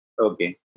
Okay